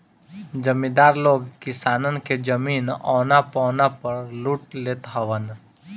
जमीदार लोग किसानन के जमीन औना पौना पअ लूट लेत हवन